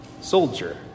soldier